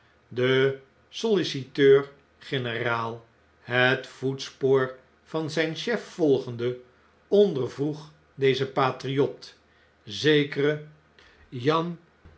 de solliciteur generaal het voetspoor van zijn chef volgende ondervroeg dezen patriot zekeren jan